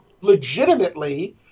legitimately